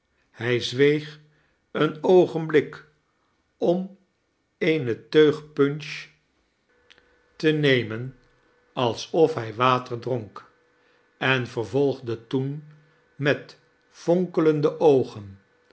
hij zweeg een oogenblik om eene teug punch te nemen also f hij water dronk en vervolgde toen met fonkelende oogen